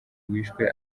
wishwe